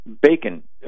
bacon